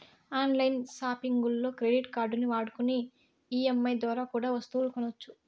on line సాపింగుల్లో credit కార్డుల్ని వాడుకొని ఈ.ఎం.ఐ దోరా కూడా ఒస్తువులు కొనొచ్చు